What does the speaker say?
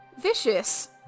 vicious